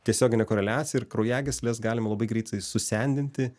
tiesioginė koreliacija ir kraujagysles galim labai greitai su sendinti